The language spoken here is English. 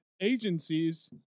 agencies